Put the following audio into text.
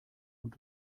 und